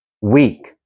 weak